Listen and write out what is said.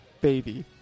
Baby